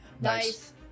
nice